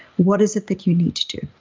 what is it that you need to do?